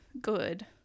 good